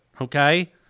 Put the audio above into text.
okay